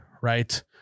Right